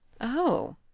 Oh